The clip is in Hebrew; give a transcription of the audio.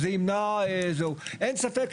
אין ספק,